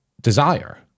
desire